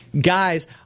Guys